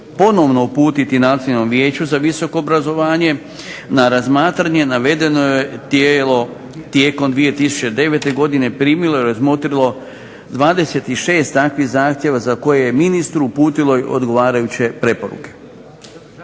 ponovno uputiti Nacionalnom vijeću za visoko obrazovanje na razmatranje navedeno je tijelo tijekom 2009. godine primilo i razmotrilo 26 takvih zahtjeva za koje je ministru uputilo odgovarajuće preporuke.